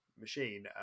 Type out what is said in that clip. Machine